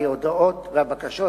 קריאה ראשונה.